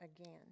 again